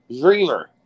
Dreamer